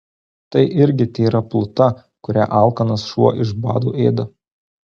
tai irgi tėra pluta kurią alkanas šuo iš bado ėda